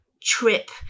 trip